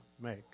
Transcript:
make